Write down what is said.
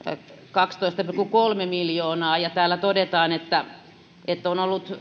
kaksitoista pilkku kolme miljoonaa ja täällä todetaan että että